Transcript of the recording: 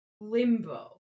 limbo